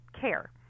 care